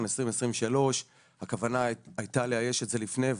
של 2023. הכוונה הייתה לאייש את זה לפני.